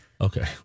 Okay